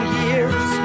years